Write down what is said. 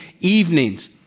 evenings